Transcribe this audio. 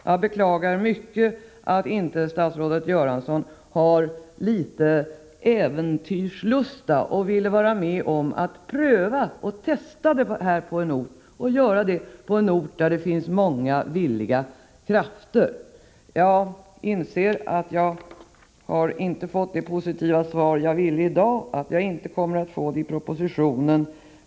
Jag beklagar mycket att inte statsrådet Göransson har litet äventyrslusta och vill vara med om att pröva reklamfinansierad närradio och göra det på en ort där det finns många villiga krafter. Jag inser att jag inte har fått det positiva svar jag ville ha i dag och att jag inte kommer att få det i propositionen.